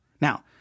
Now